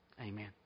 Amen